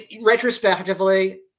retrospectively